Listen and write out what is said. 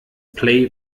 play